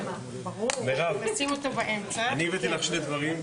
מירב, אני הבאתי לך שני דברים.